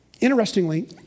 interestingly